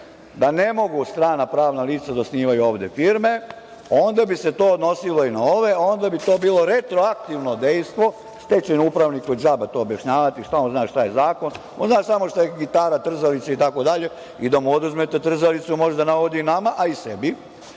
da ne mogu strana pravna lica da osnivaju ovde firme, onda bi se to odnosilo i na ove, a onda bi to bilo retroaktivno dejstvo, stečajni upravnik je, džaba to objašnjavati, šta on zna šta je zakon, on zna samo šta je gitara, trzavica, itd, i da mu oduzmete trzavicu može da naudi nama, a i sebi.